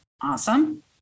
Awesome